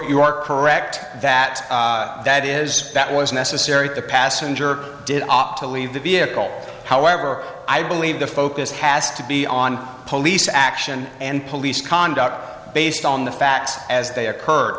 you are correct that that is that was necessary the passenger did opt to leave the vehicle however i believe the focus has to be on police action and police conduct based on the facts as they occur